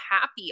happy